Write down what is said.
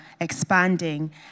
expanding